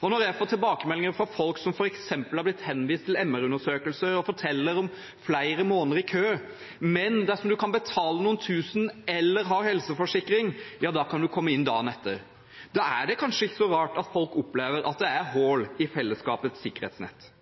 Jeg får tilbakemeldinger fra folk som f.eks. er blitt henvist til MR-undersøkelser og forteller om flere måneder i kø, men at man, dersom man kan betale noen tusen eller har helseforsikring, kan komme inn dagen etter. Da er det kanskje ikke så rart at folk opplever at det er hull i fellesskapets sikkerhetsnett.